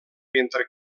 mentre